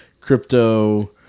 crypto